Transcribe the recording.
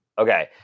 Okay